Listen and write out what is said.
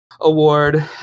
award